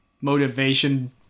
motivation